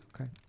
Okay